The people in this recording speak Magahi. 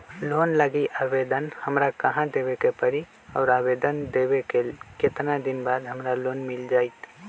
लोन लागी आवेदन हमरा कहां देवे के पड़ी और आवेदन देवे के केतना दिन बाद हमरा लोन मिल जतई?